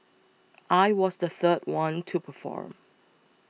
I was the third one to perform